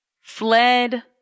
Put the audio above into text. fled